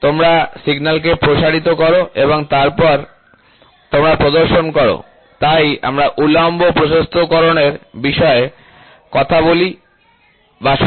তোমরা সিগন্যাল কে প্রসারিত করো এবং তারপরে তোমরা প্রদর্শন করো তাই আমরা উল্লম্ব প্রশস্তকরণের বিষয়ে কথা বলি যা সর্বদা মাইক্রন গুলির ক্ষেত্রে রিপোর্ট করা হবে